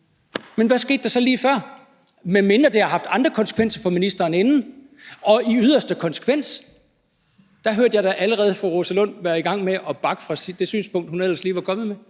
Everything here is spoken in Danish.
Men hvad skete der så lige før! Der lød det: med mindre det har haft andre konsekvenser for ministeren, og i yderste konsekvens. Der hørte jeg da allerede fru Rosa Lund være i gang med at bakke fra det synspunkt, hun ellers lige var kommet med.